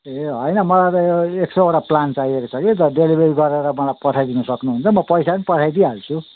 ए होइन मलाई त यो एक सौवटा प्लान्ट चाहिएको छ कि डेलिभरी गरेर मलाई पठाइदिनु सक्नुहुन्छ म पैसा पनि पठाइदिइहाल्छु